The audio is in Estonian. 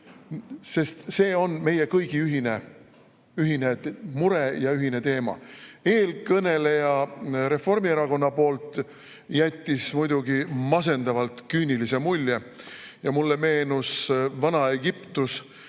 sest see on meie kõigi ühine mure ja ühine teema. Eelkõneleja Reformierakonnast jättis muidugi masendavalt küünilise mulje. Mulle meenus Vana-Egiptus,